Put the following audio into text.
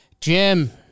Jim